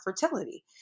fertility